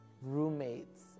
roommates